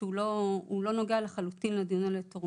שהוא לחלוטין לא נוגע לדיון על התורמים.